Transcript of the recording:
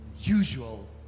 usual